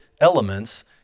elements